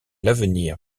l’avenir